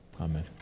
Amen